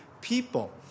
people